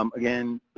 um again,